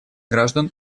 граждан